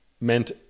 meant